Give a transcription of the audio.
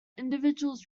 individuals